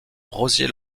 rosier